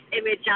image